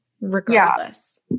Regardless